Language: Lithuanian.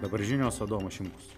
dabar žinios adomas šimkus